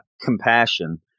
compassion